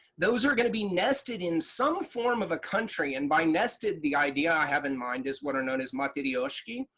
those are going to be nested in some form of a country and by nested, the idea i have in mind is what are known as matryoshka,